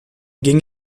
ging